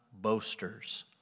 boasters